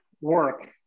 work